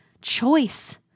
choice